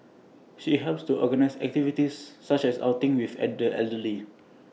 she helps to organise activities such as outings with at the elderly